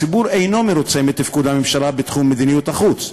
הציבור אינו מרוצה מתפקוד הממשלה בתחום מדיניות החוץ,